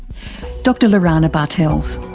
dr lorana bartels.